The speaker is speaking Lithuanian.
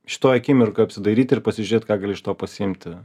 šitoj akimirkoj apsidairyt ir pasižiūrėt ką gali iš to pasiimti